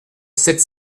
sept